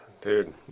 dude